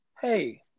Hey